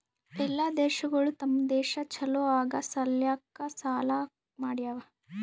ಎಲ್ಲಾ ದೇಶಗೊಳ್ ತಮ್ ದೇಶ ಛಲೋ ಆಗಾ ಸಲ್ಯಾಕ್ ಸಾಲಾ ಮಾಡ್ಯಾವ್